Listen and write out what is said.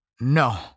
No